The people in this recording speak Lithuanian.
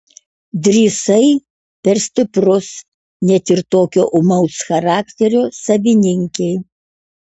drįsai per stiprus net ir tokio ūmaus charakterio savininkei